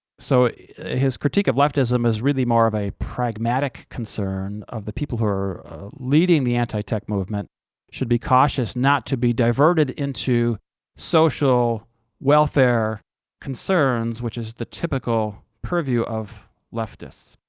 so his critique of leftism is really more of a pragmatic concern that the people who are leading the anti-tech movement should be cautious not to be diverted into social welfare concerns, which is the typical purview of leftists.